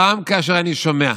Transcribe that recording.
גם כאשר אני שומע